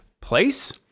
place